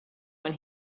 when